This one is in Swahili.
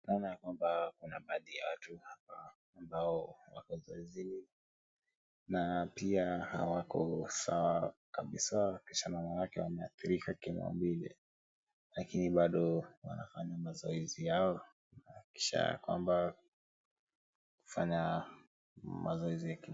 Tunaona ya kwamba kuna baadhi ya watu hapa ambao wako mazoezi, na pia hawako sawa kabisa, kisa na maana, wameathirika kimaumbile, lakini bado wanafanya mazoezi yao, na kisha ya kwamba kufanya mazoezi ya kimwili.